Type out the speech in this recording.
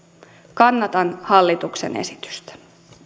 kannatan hallituksen esitystä